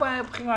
בוקר טוב.